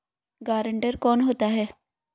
Guarantor कौन होता है?